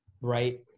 right